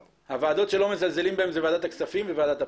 הוועדות שלא מזלזלים בהן זה ועדת הכספים וועדת הפנים.